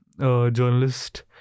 journalist